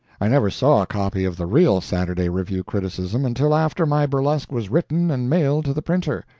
i never saw a copy of the real saturday review criticism until after my burlesque was written and mailed to the printer.